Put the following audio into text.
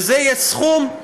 זה יהיה הסכום,